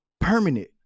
permanent